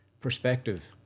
perspective